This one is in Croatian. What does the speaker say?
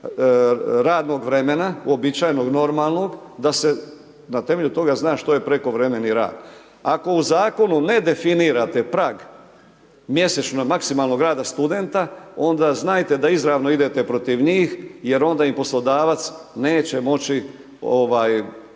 radnog vremena, uobičajenog, normalnog, da se na temelju toga zna što je prekovremeni rad. Ako u zakonu ne definirate prag, mjesečno, maksimalnog rada studenta, onda znajte da izravno idete protiv njih, jer onda im poslodavac neće moći,